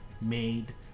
made